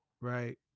right